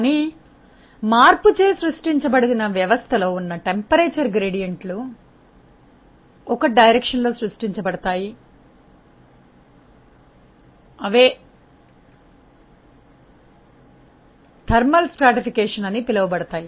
కానీ మార్పుచే సృష్టించబడిన వ్యవస్థలో ఉన్న ఉష్ణోగ్రత ప్రవణతలు ఒక దిశలో సృష్టించబడతాయి అవే థర్మల్ స్ట్రాటిఫికేషన్ అని పిలువబడతాయి